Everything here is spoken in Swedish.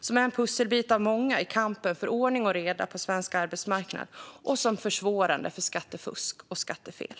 De är en pusselbit av många i kampen för ordning och reda på svensk arbetsmarknad och försvårar för skattefusk och skattefel.